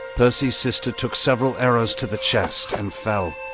percy's sister took several arrows to the chest and fell.